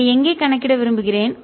அதை எங்கே கணக்கிட விரும்புகிறேன்